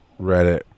Reddit